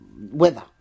weather